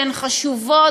שהן חשובות,